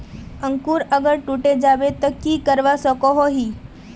अंकूर अगर टूटे जाबे ते की करवा सकोहो ही?